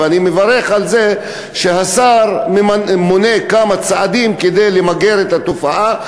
ואני מברך על זה שהשר מונה כמה צעדים כדי למגר את התופעה,